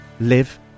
live